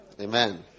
Amen